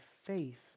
faith